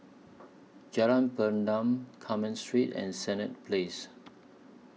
Jalan Pergam Carmen Street and Senett Place